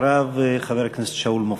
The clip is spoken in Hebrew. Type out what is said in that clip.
אחריו, חבר הכנסת שאול מופז.